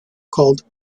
called